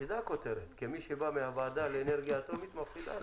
כמי שבא מהוועדה לאנרגיה אטומית הכותרת נשמעת מפחידה.